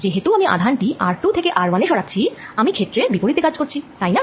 যে হেতু আমি আধান টী r2 থেকে r1 এ সরাচ্ছি আমি ক্ষেত্রের বিপরিতে কাজ করছি তাই না